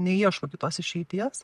neieško kitos išeities